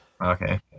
Okay